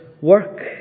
work